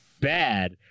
bad